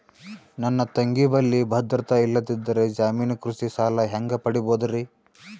ನನ್ನ ತಂಗಿ ಬಲ್ಲಿ ಭದ್ರತೆ ಇಲ್ಲದಿದ್ದರ, ಜಾಮೀನು ಕೃಷಿ ಸಾಲ ಹೆಂಗ ಪಡಿಬೋದರಿ?